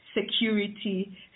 security